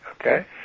okay